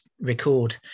record